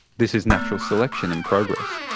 this is natural selection in progress.